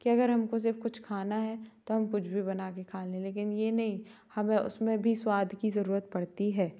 कि अगर हम को सिर्फ़ कुछ खाना है तो हम कुछ भी बना के खा लें लेकिन ये नहीं हमें उसमें भी स्वाद की ज़रूरत पड़ती है